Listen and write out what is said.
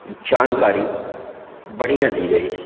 जानकारी बढ़िया दी गई है